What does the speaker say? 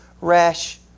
rash